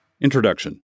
Introduction